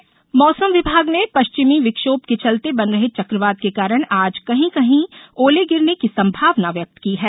मौसम मौसम विभाग ने पश्चिमी विक्षोभ के चलते बन रहे चक्रवात के कारण आज कहीं कहीं ओले गिरने की संभावना व्यक्त की है